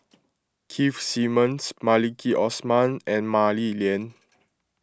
Keith Simmons Maliki Osman and Mah Li Lian